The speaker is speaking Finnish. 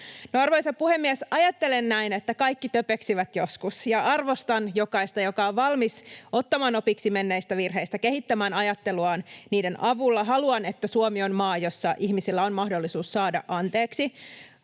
Arvoisa puhemies! Ajattelen näin, että kaikki töpeksivät joskus, ja arvostan jokaista, joka on valmis ottamaan opiksi menneistä virheistä, kehittämään ajatteluaan niiden avulla. Haluan, että Suomi on maa, jossa ihmisellä on mahdollisuus saada anteeksi.